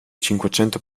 cinquecento